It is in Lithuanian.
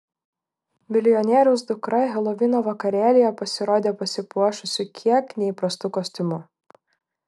milijonieriaus dukra helovino vakarėlyje pasirodė pasipuošusi kiek neįprastu kostiumu